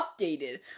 updated